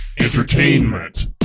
entertainment